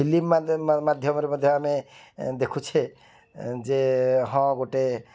film ମାଧ୍ୟମରେ ବୋଧେ ଆମେ ଦେଖୁଛେ ଯେ ହଁ ଗୋଟେ